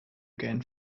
again